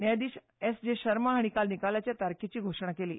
न्यायाधीश एसटी शर्मा हांणी काल निकालाचे तारखेची घोशणा केली